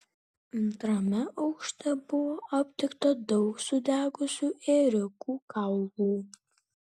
antrame aukšte buvo aptikta daug sudegusių ėriukų kaulų